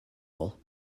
all